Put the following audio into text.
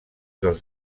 dels